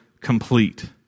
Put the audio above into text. complete